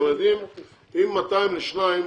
אם 200 לשניים,